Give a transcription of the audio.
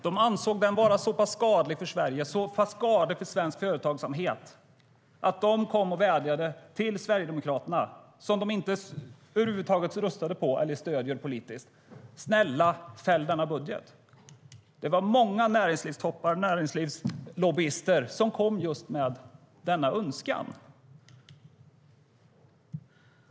De ansåg den vara så pass skadlig för Sverige och för svensk företagsamhet att de kom och vädjade till Sverigedemokraterna, som de över huvud taget inte röstar på eller stöder politiskt, och sade: Snälla, fäll denna budget! Det var många näringslivstoppar och näringslivslobbyister som kom just med denna önskan.